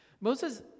Moses